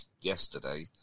yesterday